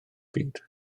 byd